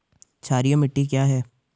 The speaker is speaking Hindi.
क्षारीय मिट्टी क्या है?